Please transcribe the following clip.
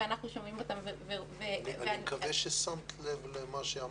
אני מקווה ששמת לב למה שאמרתי.